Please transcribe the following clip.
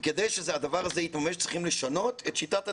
וכדי שהדבר הזה יתממש צריכים לשנות את שיטת התקצוב.